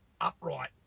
upright